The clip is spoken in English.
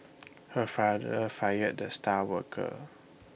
her father fired the star worker